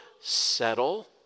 settle